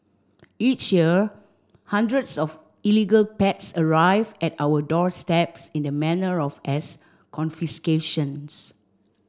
each year hundreds of illegal pets arrive at our doorsteps in this manner or as confiscations